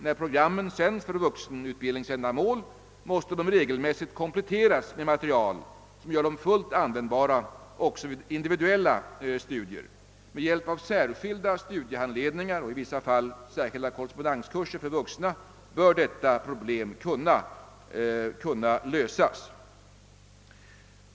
När programmen sänds för vuxenutbildningsändamål måste de regelmässigt kompletteras med material som gör dem fullt användbara också för individuella studier. Med hjälp av särskilda studiehandledningar och särskilda korrespondenskurser för vuxna i vissa fall bör detta problem kunna lösas.